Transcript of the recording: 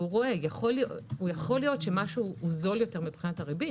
יכול להיות שמשהו זול יותר מבחינת הריבית